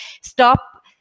stop